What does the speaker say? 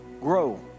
grow